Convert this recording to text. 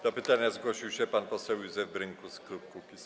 Do pytania zgłosił się pan poseł Józef Brynkus, klub Kukiz'15.